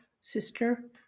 sister